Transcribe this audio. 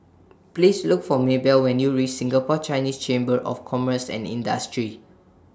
Please Look For Mabell when YOU REACH Singapore Chinese Chamber of Commerce and Industry